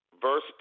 Verse